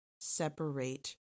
separate